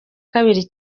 kabiri